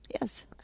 Yes